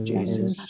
Jesus